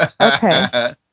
Okay